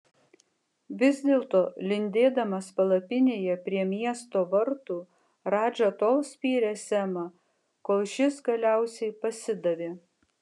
vis dėlto lindėdamas palapinėje prie miesto vartų radža tol spyrė semą kol šis galiausiai pasidavė